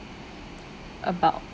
about